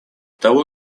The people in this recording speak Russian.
того